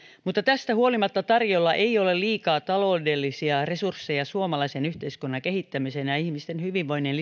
mutta tästä huolimatta tarjolla ei ole liikaa taloudellisia resursseja suomalaisen yhteiskunnan kehittämiseen ja ihmisten hyvinvoinnin